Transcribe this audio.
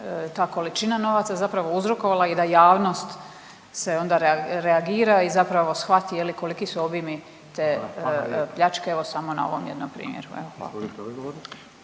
ta količina novaca zapravo uzrokovala i da javnost se onda reagira i zapravo shvati koliki su obimi te pljačke evo samo na ovom jednom primjeru. Hvala.